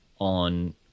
on